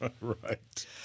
Right